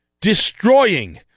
destroying